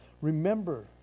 remember